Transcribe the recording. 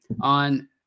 on